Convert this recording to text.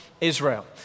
Israel